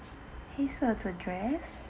黑色的 dress